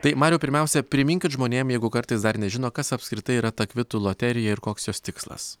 tai mariau pirmiausia priminkit žmonėm jeigu kartais dar nežino kas apskritai yra ta kvitų loterija ir koks jos tikslas